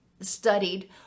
studied